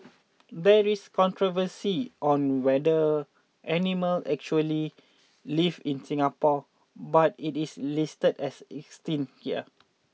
there is controversy on whether animal actually live in Singapore but it is listed as 'Extinct' here